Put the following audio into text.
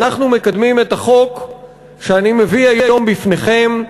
אנחנו מקדמים את החוק שאני מביא היום בפניכם,